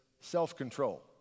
self-control